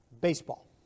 baseball